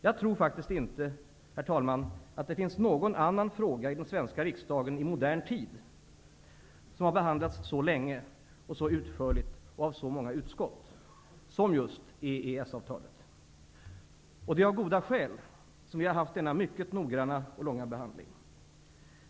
Jag tror faktiskt inte, herr talman, att det finns någon annan fråga i den svenska riksdagen i modern tid som har behandlats så länge och så utförligt av så många utskott som just EES-avtalet. Och det är av goda skäl som vi har haft denna mycket noggranna och långa behandling.